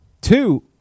Two –